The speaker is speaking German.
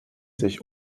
sich